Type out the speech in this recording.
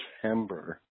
September